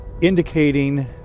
indicating